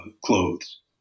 clothes